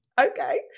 okay